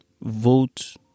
vote